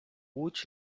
łódź